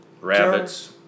Rabbits